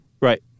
Right